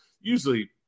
usually